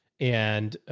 and, ah,